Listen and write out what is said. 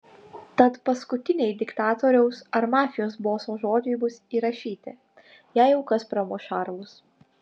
tad paskutiniai diktatoriaus ar mafijos boso žodžiai bus įrašyti jei jau kas pramuš šarvus